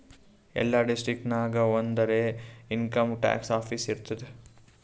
ಎಲ್ಲಾ ಡಿಸ್ಟ್ರಿಕ್ಟ್ ನಾಗ್ ಒಂದರೆ ಇನ್ಕಮ್ ಟ್ಯಾಕ್ಸ್ ಆಫೀಸ್ ಇರ್ತುದ್